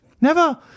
Never